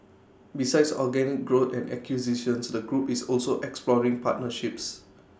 besides organic growth and acquisitions the group is also exploring partnerships